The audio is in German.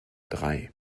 drei